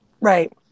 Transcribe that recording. Right